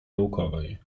naukowej